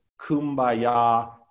kumbaya